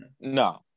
No